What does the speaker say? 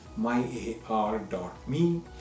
myar.me